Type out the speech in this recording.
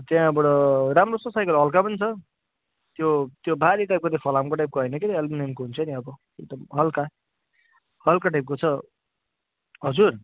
त्यहाँबाट राम्रो छ साइकल हलुका पनि छ त्यो त्यो भारी टाइपको त्यो फलामको टाइपको होइन कि त्यो एल्मिनियमको हुन्छ नि अब एकदम हलुका हलुका टाइपको छ हजुर